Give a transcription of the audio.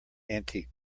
antique